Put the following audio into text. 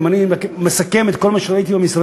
אם אני מסכם את כל מה שראיתי במשרדים,